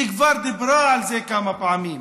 היא כבר דיברה על זה כמה פעמים.